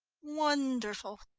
wonderful!